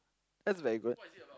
that's very good